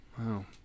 Wow